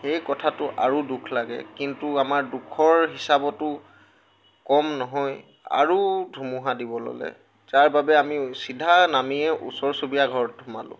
সেই কথাটো আৰু দুখ লাগে কিন্তু আমাৰ দুখৰ হিচাপতো কম নহয় আৰু ধুমুহা দিব ল'লে যাৰ বাবে আমি চিধা নামিয়ে ওচৰ চুবুৰীয়া ঘৰত সোমালোঁ